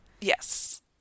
yes